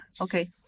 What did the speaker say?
Okay